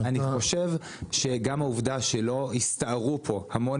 אני חושב שגם העובדה שלא הסתערו פה המון